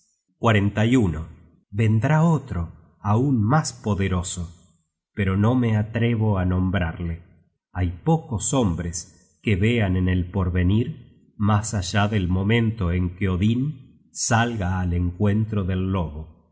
todas las inteligencias vendrá otro aun mas poderoso pero no me atrevo á nombrarle hay pocos hombres que vean en el porvenir mas allá del momento en que odin salga al encuentro del lobo